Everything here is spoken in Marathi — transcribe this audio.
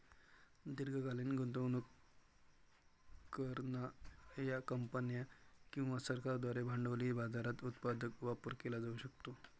दीर्घकालीन गुंतवणूक करणार्या कंपन्या किंवा सरकारांद्वारे भांडवली बाजाराचा उत्पादक वापर केला जाऊ शकतो